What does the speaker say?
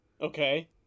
Okay